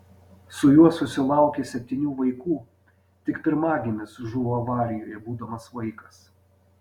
su juo susilaukė septynių vaikų tik pirmagimis žuvo avarijoje būdamas vaikas